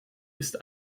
ist